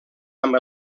amb